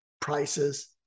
prices